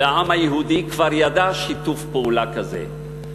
והעם היהודי כבר ידע שיתוף פעולה כזה,